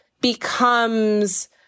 becomes